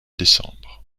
décembre